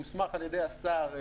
הוסמך על ידי השר.